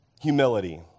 humility